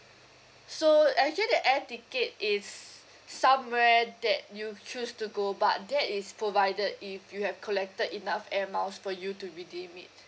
so actually the air ticket is somewhere that you choose to go but that is provided if you have collected enough air miles for you to redeem it